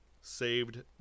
saved